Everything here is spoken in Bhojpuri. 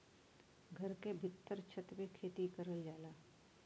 घर के भीत्तर छत पे खेती करल जाला